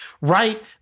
right